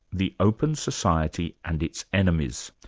the open society and its enemies.